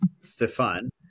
Stefan